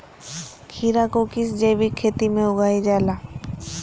खीरा को किस जैविक खेती में उगाई जाला?